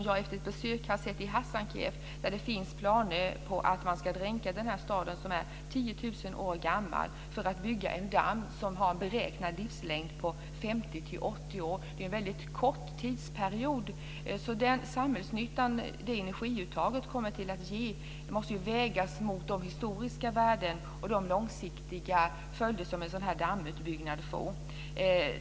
Jag har besökt Hasankeyf, där det finns planer på att dränka staden som är 10 000 år gammal för att bygga en damm som har en beräknad livslängd på 50-80 år. Det är en väldigt kort tidsperiod, så samhällsnyttan och det som energiuttaget kommer att ge måste ju vägas mot de historiska värden och de långsiktiga följder som en sådan dammutbyggnad får.